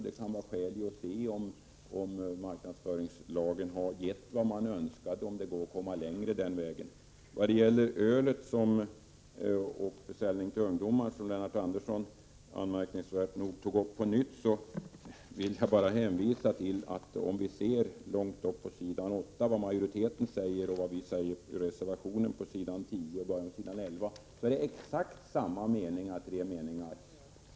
Det kan vara skäl i att se efter om marknadsföringslagen har lett 137 till önskat resultat och om man kan komma längre på den vägen. När det gäller ölförsäljningen till ungdomar, som Lennart Andersson anmärkningsvärt nog tog upp på nytt, vill jag bara hänvisa till att det som majoriteten säger upptill på s. 8 och vad vi anför i reservationen på s. 10 ochi början av s. 11 är tre exakt likalydande meningar.